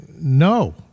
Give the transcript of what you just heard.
no